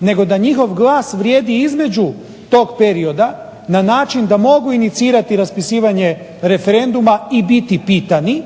nego da njihov glas vrijedi između tog perioda na način da mogu inicirati raspisivanje referenduma i biti pitani